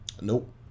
Nope